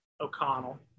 O'Connell